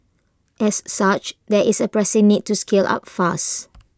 as such there is A pressing need to scale up fast